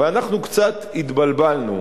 אבל אנחנו קצת התבלבלנו,